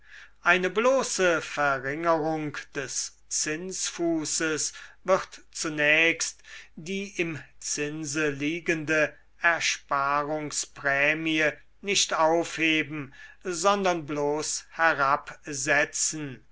eine bloße verringerung des zinsfußes wird zunächst die im zinse liegende ersparungsprämie nicht aufheben sondern bloß herabsetzen